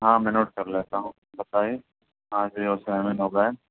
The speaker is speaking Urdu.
ہاں میں نوٹ کر لیتا ہوں بتائیے ہاں زیرو سیون ہو گئے